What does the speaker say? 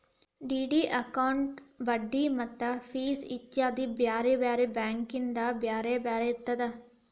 DD ಅಕೌಂಟಿನ್ ಬಡ್ಡಿ ಮತ್ತ ಫಿಸ್ ಇತ್ಯಾದಿ ಬ್ಯಾರೆ ಬ್ಯಾರೆ ಬ್ಯಾಂಕಿಂದ್ ಬ್ಯಾರೆ ಬ್ಯಾರೆ ಇರ್ತದ